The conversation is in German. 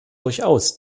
durchaus